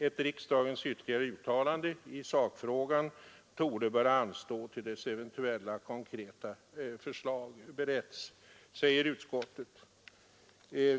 Ett riksdagens ytterligare uttalande i sakfrågan torde böra anstå till dess eventuella konkreta förslag beretts, säger utskottet.